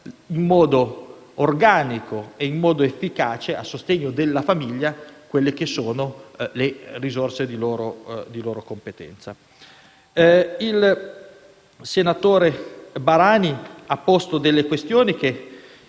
in modo organico ed efficace, a sostegno della famiglia, le risorse di loro competenza. Il senatore Barani ha posto delle questioni alle